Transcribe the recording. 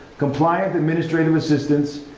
compliant administrative assistants,